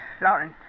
Lauren